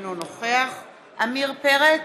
אינו נוכח עמיר פרץ,